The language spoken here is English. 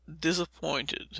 disappointed